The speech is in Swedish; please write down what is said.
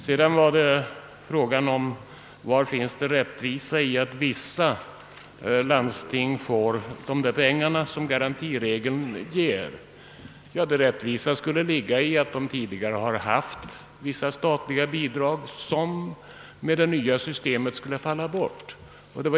Herr Lothigius frågar var rättvisan ligger i systemet att vissa landsting får de pengar som garantiregeln ger. Ja, rättvisan skulle ligga i att dessa landsting tidigare har haft statliga bidrag som med det nya systemet fallit bort.